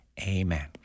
amen